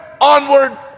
onward